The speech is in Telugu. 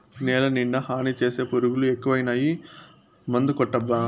నేలనిండా హాని చేసే పురుగులు ఎక్కువైనాయి మందుకొట్టబ్బా